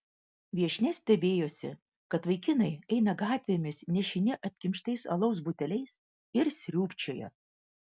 viešnia stebėjosi kad vaikinai eina gatvėmis nešini atkimštais alaus buteliais ir sriūbčioja